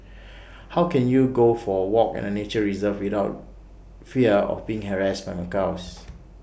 how can you go for A walk in A nature reserve without fear of being harassed macaques